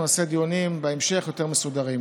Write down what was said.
אנחנו נקיים בהמשך דיונים יותר מסודרים.